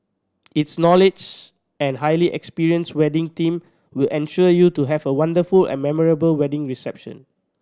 its knowledge and highly experienced wedding team will ensure you to have a wonderful and memorable wedding reception